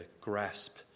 grasp